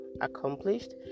accomplished